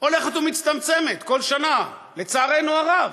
הולכת ומצטמצמת כל שנה, לצערנו הרב.